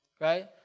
right